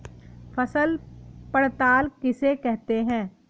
फसल पड़ताल किसे कहते हैं?